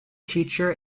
teacher